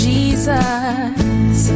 Jesus